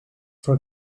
for